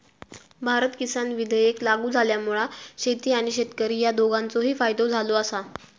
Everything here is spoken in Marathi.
भारत किसान विधेयक लागू झाल्यामुळा शेती आणि शेतकरी ह्या दोघांचोही फायदो झालो आसा